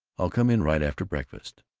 i'll come in right after breakfast.